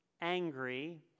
angry